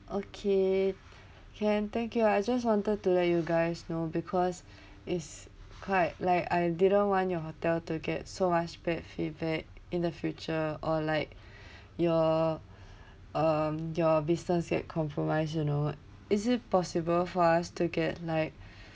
okay can thank you I just wanted to let you guys know because it's quite like I didn't want your hotel to get so much bad feedback in the future or like your um your business get compromised you know is it possible for us to get like